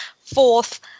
Fourth